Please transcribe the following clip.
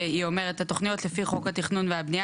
שהיא אומרת: התוכניות לפי חוק התכנון והבנייה